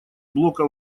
блока